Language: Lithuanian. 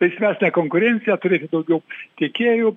laisvesnę konkurenciją turėti daugiau tiekėjų